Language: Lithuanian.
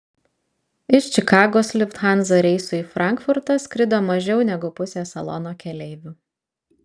iš čikagos lufthansa reisu į frankfurtą skrido mažiau negu pusė salono keleivių